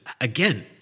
again